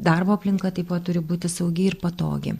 darbo aplinka taip pat turi būti saugi ir patogi